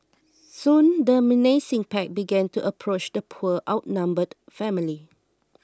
soon the menacing pack began to approach the poor outnumbered family